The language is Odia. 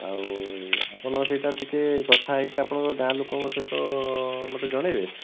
ଆଉ ଆପଣ ସେଟା ଟିକେ କଥା ହେଇକି ଆପଣଙ୍କ ଗାଁ ଲୋକଙ୍କ ସହିତ ମୋତେ ଜଣେଇବେ